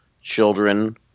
children